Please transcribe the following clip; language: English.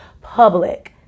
public